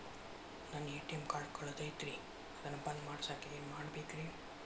ನನ್ನ ATM card ಕಳದೈತ್ರಿ ಅದನ್ನ ಬಂದ್ ಮಾಡಸಾಕ್ ಏನ್ ಮಾಡ್ಬೇಕ್ರಿ?